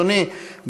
אדוני,